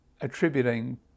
attributing